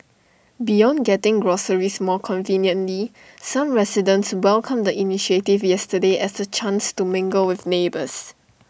beyond getting groceries more conveniently some residents welcomed the initiative yesterday as A chance to mingle with neighbours